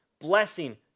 blessing